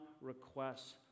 requests